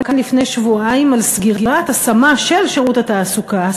לפני שבועיים על סגירת השמה של שירות התעסוקה,